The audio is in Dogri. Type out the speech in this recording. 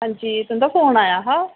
अंजी तुंदा फोन आया हा